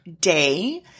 day